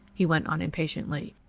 he went on impatiently.